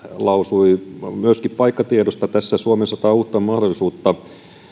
lausui myöskin paikkatiedosta tässä suomen sata uutta mahdollisuutta